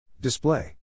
Display